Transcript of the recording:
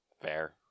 fair